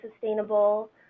sustainable